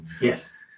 yes